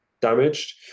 damaged